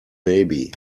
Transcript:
baby